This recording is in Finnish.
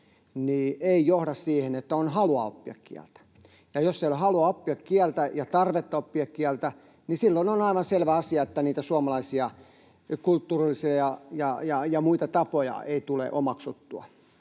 ei johda siihen, että on halua oppia kieltä, ja jos ei ole halua oppia kieltä ja tarvetta oppia kieltä, silloin on aivan selvä asia, että niitä suomalaisia kulttuurillisia ja muita tapoja ei tule omaksuttua.